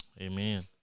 Amen